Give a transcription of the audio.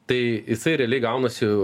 tai jisai realiai gaunasi